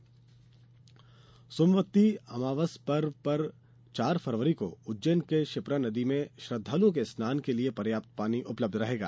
सोमवती अमावस्या सोमवती अमावस पर्व पर सोमवार चार फरवरी को उज्जैन में क्षिप्रा नदी में श्रद्वालुओं के स्नान के लिये पर्याप्त पानी उपलब्ध रहेगा